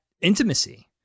intimacy